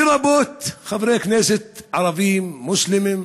לרבות חברי כנסת ערבים מוסלמים.